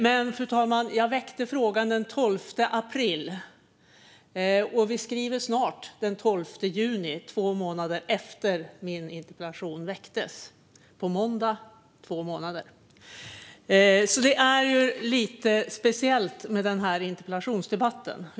Men, fru talman, jag väckte frågan den 12 april. Vi skriver snart den 12 juni, två månader efter att min interpellation väcktes. På måndag är det två månader. Den här interpellationsdebatten är alltså lite speciell.